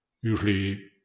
Usually